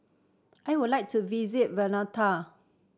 I would like to visit Vanuatu